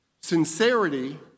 Sincerity